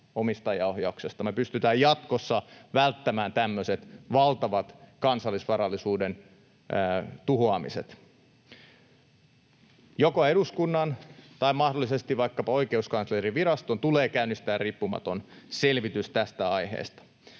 omistajaohjauksesta, me pystytään jatkossa välttämään tämmöiset valtavat kansallisvarallisuuden tuhoamiset. Joko eduskunnan tai mahdollisesti vaikkapa Oikeuskanslerinviraston tulee käynnistää riippumaton selvitys tästä aiheesta.